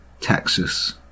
Texas